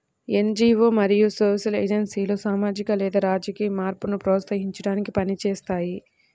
NGO మరియు social ఏజెన్సీలు సామాజిక లేదా రాజకీయ మార్పును ప్రోత్సహించడానికి పని చేస్తాయి